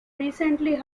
recently